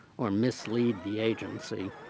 or mislead the agency.